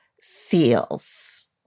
seals